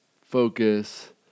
focus